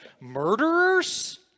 murderers